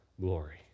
glory